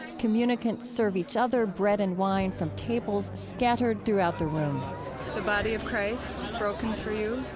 communicants serve each other bread and wine from tables scattered throughout the room the body of christ broken for you.